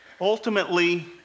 Ultimately